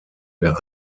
der